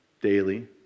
daily